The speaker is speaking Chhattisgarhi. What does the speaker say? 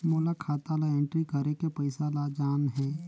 मोला खाता ला एंट्री करेके पइसा ला जान हे?